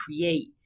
create